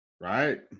Right